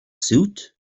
suit